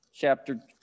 Chapter